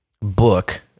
book